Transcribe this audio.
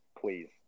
please